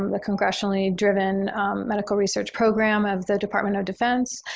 um the congressionally-driven medical research program of the department of defense,